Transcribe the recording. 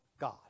God